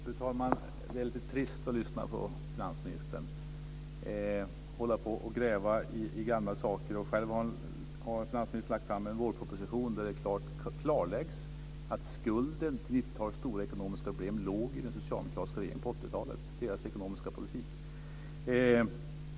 Fru talman! Det är lite trist att lyssna på finansministern. Han håller på att gräva i gamla saker. Själv har finansministern lagt fram en vårproposition där det klart klarläggs att skulden till 90-talets stora ekonomiska problem låg i den socialdemokratiska regeringens ekonomiska politik på 80-talet.